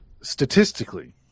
statistically